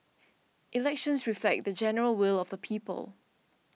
elections reflect the general will of the people